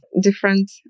different